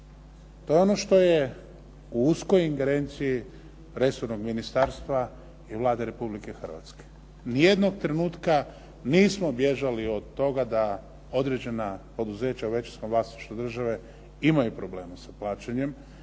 To je ono što je u uskoj ingerenciji resornog ministarstva i Vlade Republike Hrvatske. Nijednog trenutka nismo bježali od toga da određena poduzeća u većinskom vlasništvu države imaju problema sa plaćanjem.